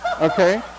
Okay